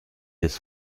des